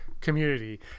community